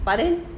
but then